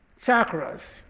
chakras